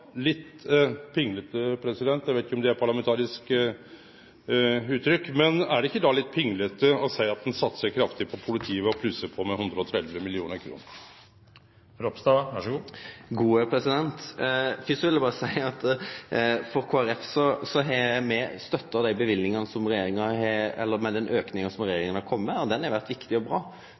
litt pinglete – eg veit ikkje om det er eit parlamentarisk uttrykk – å seie at ein satsar kraftig på politiet ved å plusse på med 130 mill. kr? Først vil eg berre seie at Kristeleg Folkeparti har støtta den auken som regjeringa har kome med. Han er viktig og bra.